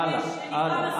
הלאה, הלאה.